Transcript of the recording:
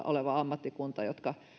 oleva ammattikunta jotka